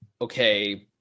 okay